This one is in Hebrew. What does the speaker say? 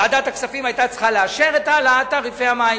וועדת הכספים היתה צריכה לאשר את העלאת תעריפי המים.